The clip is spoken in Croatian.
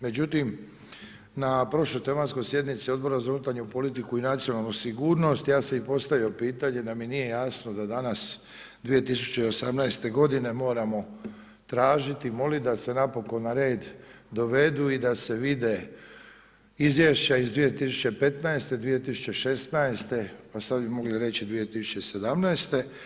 Međutim, na prošloj tematskoj sjednici Odbora za unutarnju politiku i nacionalnu sigurnost, ja sam i postavio pitanje, da mi nije jasno, danas 2018. g. moramo tražiti, moliti, da se napokon na red, dovedu i da se vide izvješća iz 2015., 2016. pa sad bi mogli reći 2017.